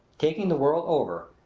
taking the world over,